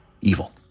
evil